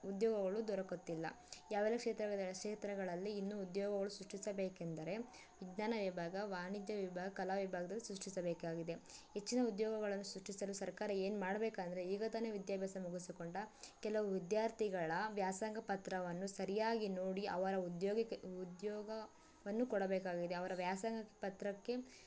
ಉದ್ಯೋಗಗಳು ದೊರಕುತ್ತಿಲ್ಲ ಯಾವೆಲ್ಲ ಕ್ಷೇತ್ರಗಳಲ್ಲಿ ಕ್ಷೇತ್ರಗಳಲ್ಲಿ ಇನ್ನೂ ಉದ್ಯೋಗಗಳು ಸೃಷ್ಟಿಸಬೇಕೆಂದರೆ ವಿಜ್ಞಾನ ವಿಭಾಗ ವಾಣಿಜ್ಯ ವಿಭಾಗ ಕಲಾ ವಿಭಾಗದಲ್ಲಿ ಸೃಷ್ಟಿಸಬೇಕಾಗಿದೆ ಹೆಚ್ಚಿನ ಉದ್ಯೋಗಗಳನ್ನು ಸೃಷ್ಟಿಸಲು ಸರ್ಕಾರ ಏನು ಮಾಡಬೇಕಂದ್ರೆ ಈಗ ತಾನೇ ವಿದ್ಯಾಭ್ಯಾಸ ಮುಗಿಸಿಕೊಂಡ ಕೆಲವು ವಿದ್ಯಾರ್ಥಿಗಳ ವ್ಯಾಸಂಗ ಪತ್ರವನ್ನು ಸರಿಯಾಗಿ ನೋಡಿ ಅವರ ಉದ್ಯೋಗಕ್ಕೆ ಉದ್ಯೋಗವನ್ನು ಕೊಡಬೇಕಾಗಿದೆ ಅವರ ವ್ಯಾಸಂಗ ಪತ್ರಕ್ಕೆ